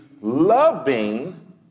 loving